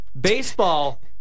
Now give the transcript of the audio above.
baseball